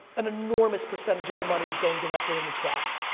an enormous percentage of the money is going directly in the trash.